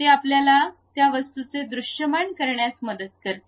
हे आपल्याला त्या वस्तूचे दृश्यमान करण्यास मदत करते